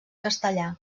castellà